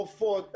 רופאות,